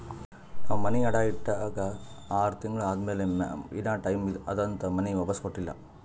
ನಾವ್ ಮನಿ ಅಡಾ ಇಟ್ಟಾಗ ಆರ್ ತಿಂಗುಳ ಆದಮ್ಯಾಲ ಇನಾ ಟೈಮ್ ಅದಂತ್ ಮನಿ ವಾಪಿಸ್ ಕೊಟ್ಟಿಲ್ಲ